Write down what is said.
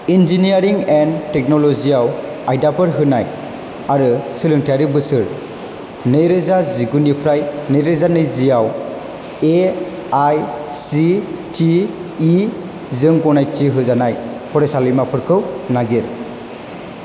engineering and technology आव आयदाफोर होनाय आरो सोलोंथायारि बोसोर नै रोजा जिगुनिफ्राय नै रोजा नैजि आव आव A I C T E जों गनायथि होजानाय फरायसालिमाफोरखौ नागिर